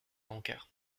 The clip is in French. rancœur